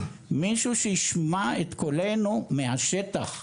מישהו שישמע את קולנו מהשטח.